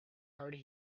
harder